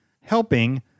helping